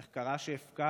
איך קרה שהפקרנו?